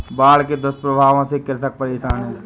बाढ़ के दुष्प्रभावों से कृषक परेशान है